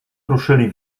ruszyli